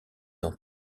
dans